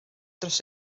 dros